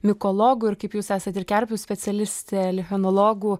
mitologų ir kaip jūs esat ir kerpių specialistė lichenologų